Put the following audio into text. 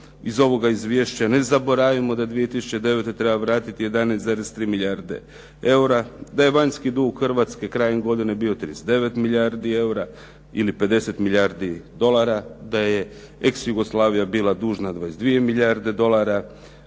iz ovoga izvješća. Ne zaboravimo da je 2009. treba vratiti 11,3 milijarde eura. Da je vanjski dug Hrvatske krajem godine bio 39 milijardi eura ili 50 milijardi dolara, da je ex Jugoslavija bila dužna 22 milijarde dolara.